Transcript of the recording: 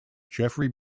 jeffery